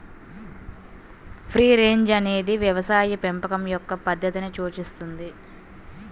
free range అనేది వ్యవసాయ పెంపకం యొక్క పద్ధతిని సూచిస్తుంది